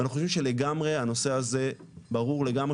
אנחנו חושבים שלגמרי הנושא הזה ברור לגמרי